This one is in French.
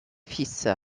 fils